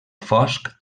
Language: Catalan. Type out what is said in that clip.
fosc